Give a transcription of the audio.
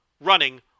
running